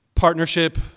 Partnership